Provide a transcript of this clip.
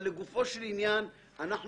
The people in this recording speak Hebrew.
לגופו של עניין,